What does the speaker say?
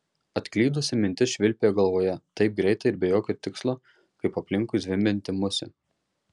atklydusi mintis švilpė galvoje taip greitai ir be jokio tikslo kaip aplinkui zvimbianti musė